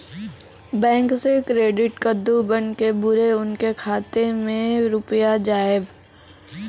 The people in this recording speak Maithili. बैंक से क्रेडिट कद्दू बन के बुरे उनके खाता मे रुपिया जाएब?